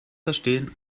verstehen